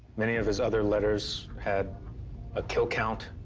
many of his other letters had a kill count,